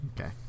Okay